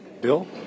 bill